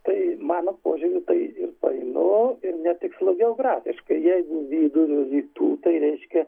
tai mano požiūriu tai painu ir netikslu geografiškai jei vidurio rytų tai reiškia